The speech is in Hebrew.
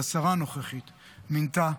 שהשרה הנוכחית מינתה.